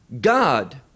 God